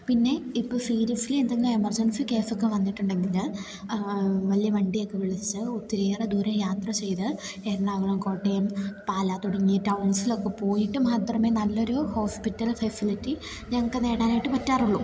പിന്നെ ഇപ്പം സീരിയസ്ലി എന്തെങ്കിലും എമർജൻസി കേസൊക്കെ വന്നിട്ടുണ്ടെങ്കിൽ വലിയ വണ്ടിയൊക്കെ വിളിച്ച് ഒത്തിരിയേറെ ദൂരം യാത്ര ചെയ്ത് എറണാകുളം കോട്ടയം പാലാ തുടങ്ങി ടൗൺസിലൊക്കെ പോയിട്ട് മാത്രമേ നല്ലൊരു ഹോസ്പിറ്റൽ ഫെസിലിറ്റി ഞങ്ങൾക്ക് നേടാനായിട്ട് പറ്റാറുള്ളൂ